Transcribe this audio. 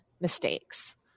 mistakes